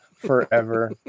forever